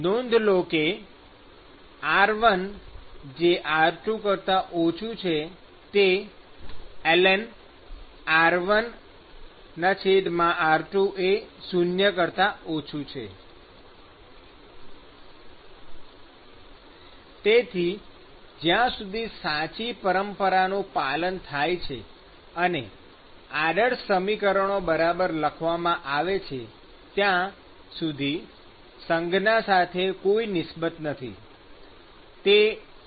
નોંધ લો કે r1r2⇒ln r1r2 0 તેથી જ્યાં સુધી સાચી પરંપરાનું પાલન થાય છે અને આદર્શ સમીકરણો બરાબર લખવામાં આવે છે ત્યાં સુધી સંજ્ઞા સાથે કોઈ નિસ્બત નથી